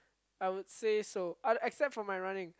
I would say so oh except for my running